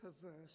perverse